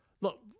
look